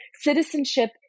citizenship